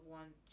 one